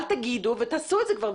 אל תגידו ותעשו את זה כבר,